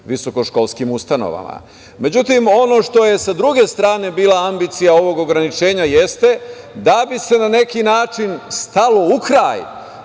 visokoškolskim ustanovama.Međutim, ono što je sa druge strane bila ambicija ovog ograničenja jeste da bi se na neki način stalo u kraj